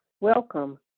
welcome